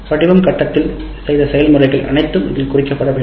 வடிவம் கட்டத்தில் செய்த செயல் முறைகள் அனைத்தும் இதில் குறிப்பிடப்பட வேண்டும்